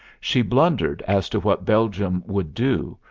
she blundered as to what belgium would do,